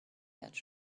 edge